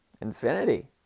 infinity